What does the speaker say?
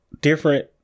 different